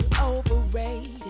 overrated